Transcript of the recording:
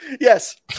Yes